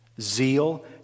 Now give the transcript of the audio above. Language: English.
Zeal